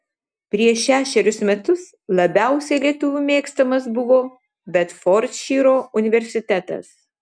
prieš šešerius metus labiausiai lietuvių mėgstamas buvo bedfordšyro universitetas